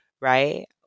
right